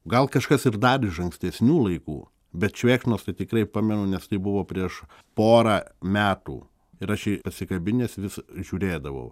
gal kažkas ir dar iš ankstesnių laikų bet švėkšnos tai tikrai pamenu nes tai buvo prieš porą metų ir aš jį pasikabinęs vis žiūrėdavau